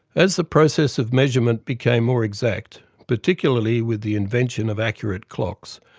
as the process of measurement became more exact, particularly with the invention of accurate clocks,